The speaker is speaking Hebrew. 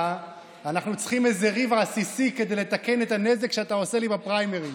אנחנו צריכים איזה ריב עסיסי כדי לתקן את הנזק שאתה עושה לי בפריימריז.